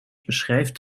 beschrijft